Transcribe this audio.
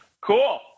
Cool